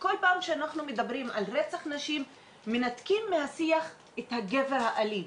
שכל פעם שאנחנו מדברים על רצח נשים מנתקים מהשיח את הגבר האלים.